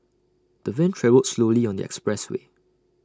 the van travelled slowly on the expressway